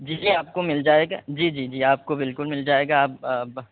جی جی آپ کو مل جائے گا جی جی جی آپ کو بالکل مل جائے گا آپ بےبے